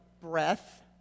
breath